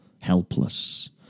helpless